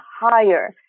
higher